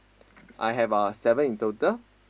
I have uh seven in total